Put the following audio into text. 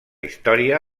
història